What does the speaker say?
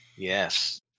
Yes